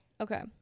Okay